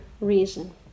reason